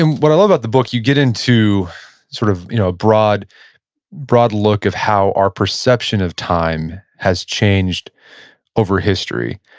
and what i love about the book, you get into sort of you know broad broad look at how our perception of time has changed over history.